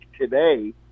today